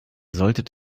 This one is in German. solltet